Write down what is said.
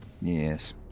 Yes